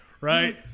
Right